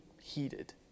heated